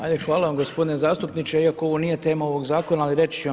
Ajde hvala vam gospodine zastupniče iako ovo nije tema ovog zakona ali reći ću vam.